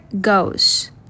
goes